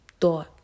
thought